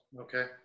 Okay